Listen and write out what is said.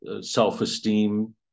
self-esteem